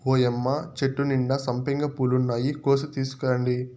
ఓయ్యమ్మ చెట్టు నిండా సంపెంగ పూలున్నాయి, కోసి తీసుకురండి